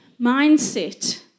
mindset